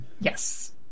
Yes